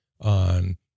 on